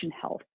health